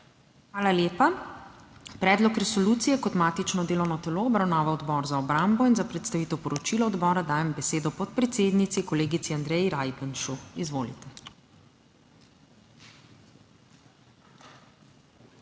Hvala lepa. Predlog resolucije je kot matično delovno telo obravnaval Odbor za obrambo. Za predstavitev poročila odbora dajem besedo podpredsednici kolegici Andreji Rajbenšu. Izvolite.